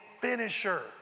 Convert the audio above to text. finisher